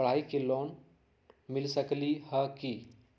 पढाई के लेल लोन मिल सकलई ह की?